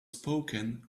spoken